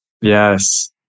Yes